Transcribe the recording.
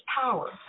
power